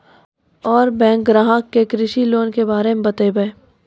और बैंक ग्राहक के कृषि लोन के बारे मे बातेबे?